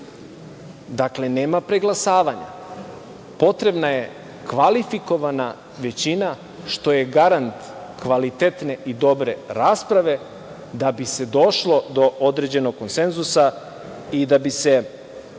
Dakle, nema preglasavanja, potrebna je kvalifikovana većina, što je garant kvalitetne i dobre rasprave da bi se došlo do određenog konsenzusa i da bi se